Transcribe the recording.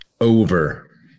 Over